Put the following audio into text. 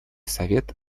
совет